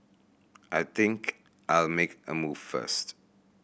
I think I'll make a move first